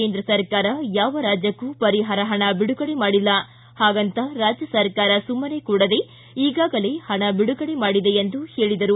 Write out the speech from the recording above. ಕೇಂದ್ರ ಸರ್ಕಾರ ಯಾವ ರಾಜ್ಯಕ್ಕೂ ಪರಿಹಾರ ಪಣ ಬಿಡುಗಡೆ ಮಾಡಿಲ್ಲ ಹಾಗಂತ ರಾಜ್ಯ ಸರ್ಕಾರ ಸುಮ್ನನೆ ಕೂಡದೆ ಈಗಾಗಲೇ ಹಣ ಬಿಡುಗಡೆ ಮಾಡಿದೆ ಎಂದು ಹೇಳಿದರು